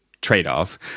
trade-off